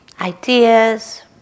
ideas